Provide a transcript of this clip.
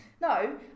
No